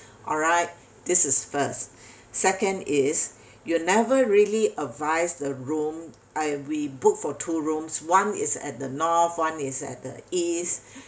alright this is first second is you never really advise the room I we book for two rooms one is at the north one is at the east